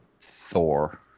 Thor